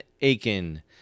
Aiken